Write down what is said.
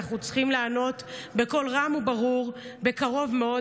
אנחנו צריכים לענות בקול רם וברור: בקרוב מאוד,